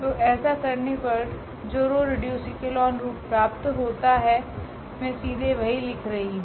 तो ऐसा करने पर जो रो रिड्यूस एक्लोन रूप प्राप्त होता है मैं सीधे वही लिख रही हूँ